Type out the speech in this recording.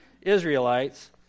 Israelites